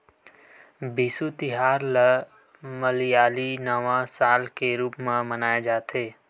बिसु तिहार ल मलयाली नवा साल के रूप म मनाए जाथे